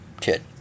kid